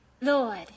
Lord